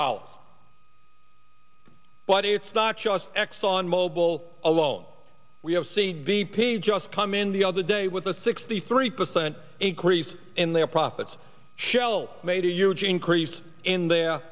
dollars but it's not just exxon mobil alone we have see b p just come in the other day with a sixty three percent increase in their profits shell made a huge increase in their